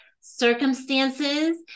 circumstances